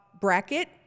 bracket